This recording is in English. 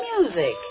music